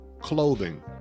clothing